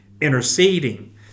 interceding